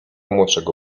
młodszego